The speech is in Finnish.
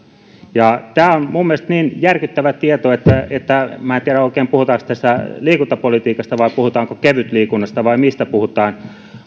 tämä on minun mielestäni niin järkyttävä tieto että että minä en oikein tiedä puhutaanko tässä liikuntapolitiikasta vai puhutaanko kevytliikunnasta vai mistä puhutaan